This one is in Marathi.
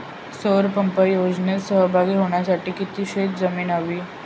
सौर पंप योजनेत सहभागी होण्यासाठी किती शेत जमीन हवी?